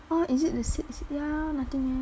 orh is it the s~ s~ ya nothing eh